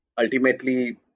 ultimately